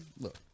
Look